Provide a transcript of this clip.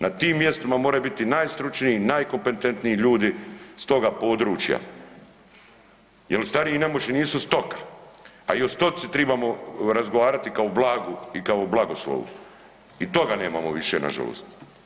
Na tim mjestima moraju biti najstručniji, najkompetentniji ljudi s toga područja, jer stariji i nemoćni nisu stoka, a i o stoci trebamo razgovarati kao o blagu i kao blagoslovu i toga nemamo više na žalost.